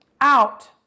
out